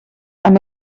amb